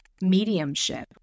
mediumship